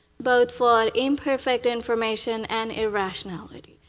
both for imperfect information and irrationality.